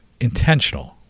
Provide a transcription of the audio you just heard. intentional